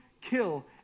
kill